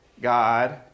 God